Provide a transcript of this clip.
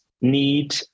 need